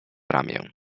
ramię